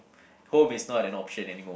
home is not an option anymore